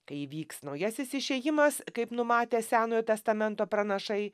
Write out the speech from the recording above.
kai įvyks naujasis išėjimas kaip numatė senojo testamento pranašai